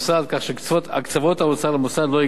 כך שהקצבות האוצר למוסד לא יגדלו,